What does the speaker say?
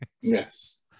Yes